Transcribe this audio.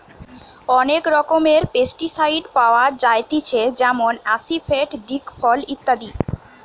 অনেক রকমের পেস্টিসাইড পাওয়া যায়তিছে যেমন আসিফেট, দিকফল ইত্যাদি